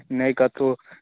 नहि कतहुँ